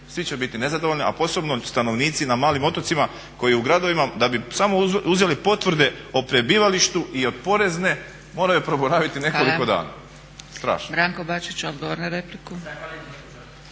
svi će biti nezadovoljni a posebno stanovnici na malim otocima koji u gradovima da bi samo uzeli potvrde o prebivalištu i od porezne moraju proboraviti nekoliko dana, strašno.